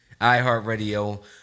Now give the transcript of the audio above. iHeartRadio